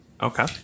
Okay